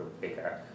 bigger